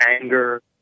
anger